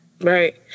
right